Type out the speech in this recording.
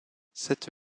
cette